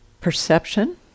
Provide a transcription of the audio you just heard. Perception